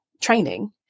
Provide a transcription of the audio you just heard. training